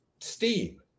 steam